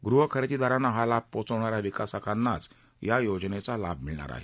गृह खरेदीदारांना हा लाभ पोचवणाऱ्या विकासकांना या योजनेचा लाभ मिळणर आहे